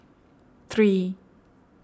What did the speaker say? three